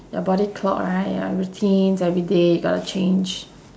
your body clock right your routines everyday got to change